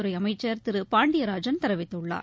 துறைஅமைச்சர் திருபாண்டியராஜன் தெரிவித்துள்ளார்